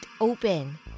open